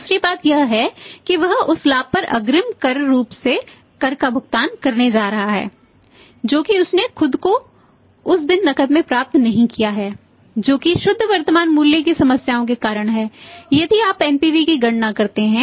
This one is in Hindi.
दूसरी बात यह है कि वह उस लाभ पर अग्रिम रूप से कर का भुगतान करने जा रहा है जो कि उसने खुद को उस दिन नकद में प्राप्त नहीं किया है जो कि शुद्ध वर्तमान मूल्य की समस्याओं के कारण है यदि आप एनपीवी होगा